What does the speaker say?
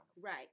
Right